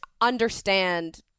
understand